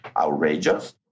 outrageous